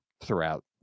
throughout